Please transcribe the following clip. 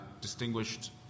distinguished